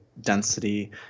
density